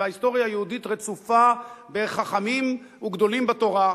וההיסטוריה היהודית רצופה בחכמים וגדולים בתורה.